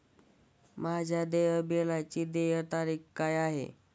माझ्या देय बिलाची देय तारीख काय आहे?